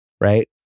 right